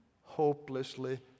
Hopelessly